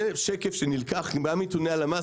זה שקף שנלקח גם מנתוני הלמ"ס,